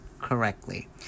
correctly